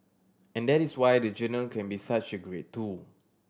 and that is why the journal can be such a great tool